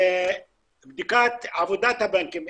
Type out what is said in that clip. בדיקת עבודת הבנקים.